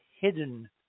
hidden